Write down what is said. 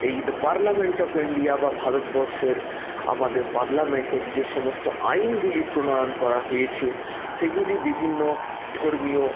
এই the parliament of India বা ভারতবর্ষের আমাদের পার্লামেন্টের যে সমস্ত আইনগুলি প্রণয়ন করা হয়েছে সেগুলি বিভিন্ন ধর্মীয়